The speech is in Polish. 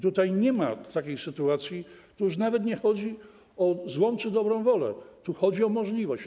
Tutaj nie ma takich sytuacji, tu już nawet nie chodzi o złą czy dobrą wolę, tu chodzi o możliwość.